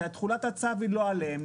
כשתחולת הצו היא לא עליהם.